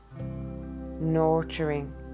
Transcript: nurturing